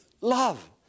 love